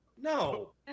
No